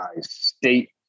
state